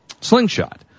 slingshot